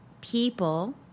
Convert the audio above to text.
people